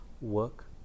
work